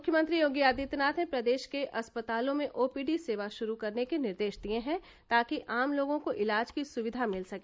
मुख्यमंत्री योगी आदित्यनाथ ने प्रदेश के अस्पतालों में ओपीडी सेवा श्रू करने के निर्देश दिए हैं ताकि आम लोगों को इलाज की सुक्विा मिल सके